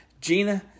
Gina